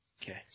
Okay